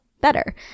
Better